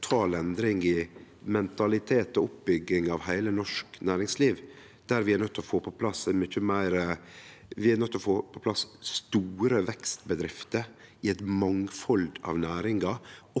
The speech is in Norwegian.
total endring i mentalitet og oppbygging av heile det norske næringslivet. Vi er nøydde til å få på plass store vekstbedrifter i eit mangfald av næringar,